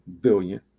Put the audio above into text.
billion